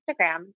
Instagram